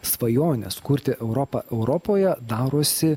svajonės kurti europą europoje darosi